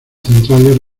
centrales